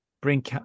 bring